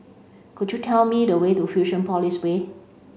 could you tell me the way to Fusionopolis Way